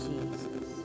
Jesus